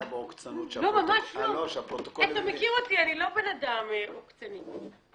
את צריכה להגיד את זה אחרת: